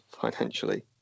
financially